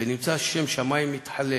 ונמצא שם שמים מתחלל".